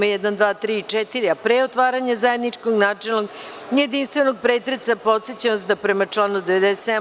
1, 2, 3. i 4, a pre otvaranja zajedničkog načelnog i jedinstvenog pretresa, podsećam vas da, prema članu 97.